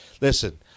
Listen